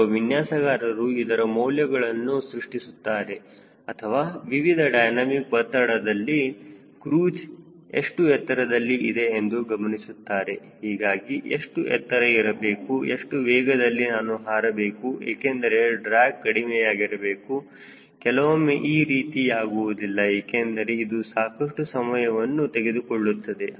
ಒಬ್ಬ ವಿನ್ಯಾಸಗಾರರು ಇದರ ಮೌಲ್ಯಗಳನ್ನು ಸೃಷ್ಟಿಸುತ್ತಾರೆ ಅಥವಾ ವಿವಿಧ ಡೈನಮಿಕ್ ಒತ್ತಡದಲ್ಲಿ ಕ್ರೂಜ್ ಎಷ್ಟು ಎತ್ತರದಲ್ಲಿ ಇದೆ ಎಂದು ಗಮನಿಸುತ್ತಾರೆ ಅಥವಾ ಎಷ್ಟು ಎತ್ತರ ಇರಬೇಕು ಎಷ್ಟು ವೇಗದಲ್ಲಿ ನಾನು ಹಾರಬೇಕು ಏಕೆಂದರೆ ಡ್ರ್ಯಾಗ್ ಕಡಿಮೆಯಾಗಿರಬೇಕು ಕೆಲವೊಮ್ಮೆ ಈ ರೀತಿ ಯಾಗುವುದಿಲ್ಲ ಏಕೆಂದರೆ ಇದು ಸಾಕಷ್ಟು ಸಮಯವನ್ನು ತೆಗೆದುಕೊಳ್ಳುತ್ತದೆ